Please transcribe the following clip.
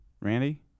Randy